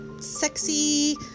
Sexy